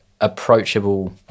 approachable